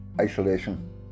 isolation